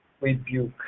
rebuke